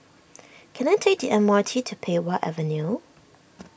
can I take the M R T to Pei Wah Avenue